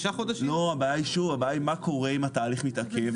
הבעיה היא מה קורה אם התהליך מתעכב?